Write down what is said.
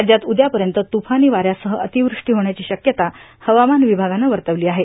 राज्यात उद्यापर्यंत तुफानी वाऱ्यासह अतिवृष्टी होण्याची शक्यता हवामान विभागानं वर्तवली आहे